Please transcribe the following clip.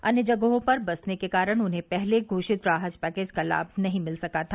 अन्य जगहों पर बसने के कारण उन्हें पहर्ले घोषित राहत पैकेज का लाम नहीं मिल सका था